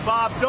Bob